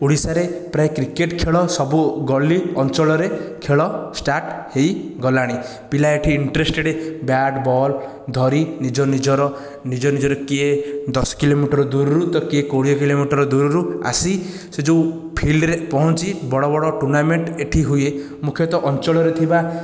ଓଡ଼ିଶାରେ ପ୍ରାୟ କ୍ରିକେଟ ଖେଳ ସବୁ ଗଳି ଅଞ୍ଚଳରେ ଖେଳ ଷ୍ଟାର୍ଟ ହୋଇଗଲାଣି ପିଲା ଏହିଠି ଇଣ୍ଟରେସଟେଡ଼ ବ୍ୟାଟ୍ ବଲ୍ ଧରି ନିଜ ନିଜର କିଏ କିଏ ଦଶ କିଲୋମିଟର ଦୂରରୁ ତ କିଏ କୋଡ଼ିଏ କିଲୋମିଟର ଦୂରରୁ ଆସି ସେ ଯେଉଁ ଫୀଲ୍ଡରେ ପହଞ୍ଚି ବଡ଼ ବଡ଼ ଟୁର୍ଣ୍ଣାମେଣ୍ଟ ଏହିଠି ହୁଏ ମୁଖ୍ୟତଃ ଅଞ୍ଚଳରେ ଥିବା